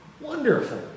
wonderful